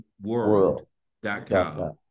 World.com